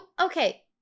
okay